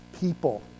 people